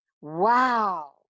wow